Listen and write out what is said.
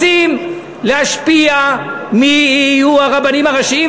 רוצים להשפיע מי יהיו הרבנים הראשיים.